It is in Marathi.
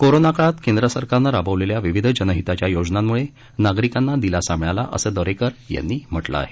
कोरोना काळात केंद्र सरकारने राबवलेल्या विविध जनहिताच्या योजनांम्ळे नागरिकांना दिलासा मिळाला असं दरेकर यांनी म्हटलं आहे